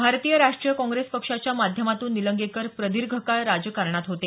भारतीय राष्ट्रीय काँग्रेस पक्षाच्या माध्यमातून निलंगेकर प्रदीर्घ काळ राजकारणात होते